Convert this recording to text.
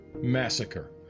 massacre